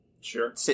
Sure